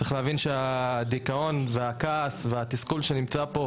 צריך להבין שהדיכאון, הכעס והתסכול שנמצאים כאן